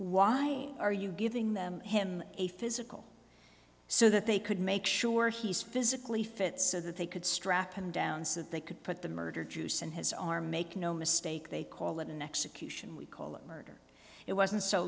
why are you giving them him a physical so that they could make sure he's physically fit so that they could strap him down so that they could put the murder juice in his arm make no mistake they call it an execution we call it murder it wasn't so